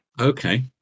Okay